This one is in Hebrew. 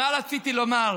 מה רציתי לומר?